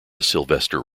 sylvester